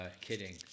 kidding